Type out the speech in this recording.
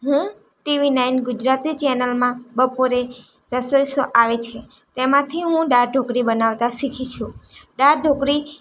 હું TV nine Gujarati ચેનલમાં બપોરે રસોઈ શો આવે છે તેમાંથી હું દાળ ઢોકળી બનાવતા શીખી છું દાળ ઢોકળી